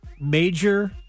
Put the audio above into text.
major